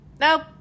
Nope